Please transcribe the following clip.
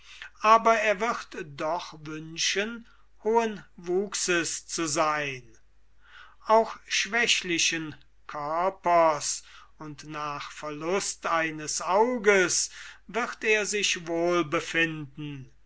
aber er wird doch wünschen hohen wuchses zu sein auch schwächlichen körpers und nach verlust eines auges wird er sich wohl befinden